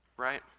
right